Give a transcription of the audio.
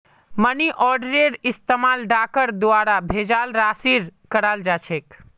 money आर्डरेर इस्तमाल डाकर द्वारा भेजाल राशिर कराल जा छेक